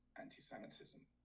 anti-Semitism